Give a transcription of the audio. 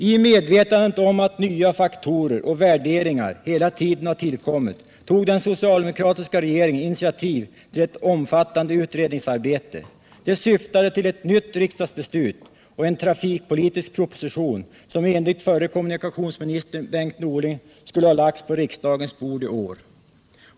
I medvetande om att nya faktorer och värderingar hela tiden har tillkommit tog den socialdemokratiska regeringen initiativ till ett omfattande utredningsarbete. Det syftade till ett nytt riksdagsbeslut och en trafikpolitisk proposition, som enligt förre kommunikationsministern Bengt Norling skulle ha lagts på riksdagens bord i år.